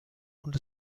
und